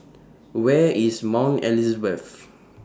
Where IS Mount Elizabeth